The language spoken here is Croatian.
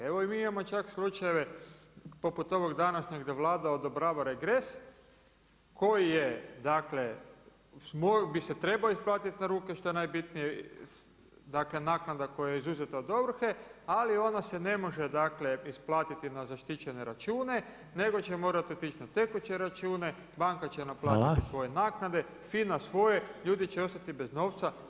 Evo i mi imamo čak slučajeve poput ovog današnjeg da Vlada odobrava regres koji je, dakle bi se trebao isplatiti na ruke, što je najbitnije, dakle naknada koja je izuzeta od ovrhe ali ona se ne može dakle isplatiti na zaštićene račune nego će morati otići na tekuće račune, banka će naplatiti svoje naknade, FINA svoje, ljudi će ostati bez novca.